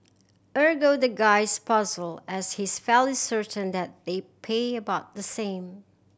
ergo the guy is puzzled as he's fairly certain that they pay about the same